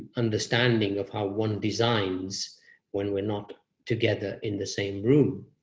understanding of how one designs when we're not together in the same room.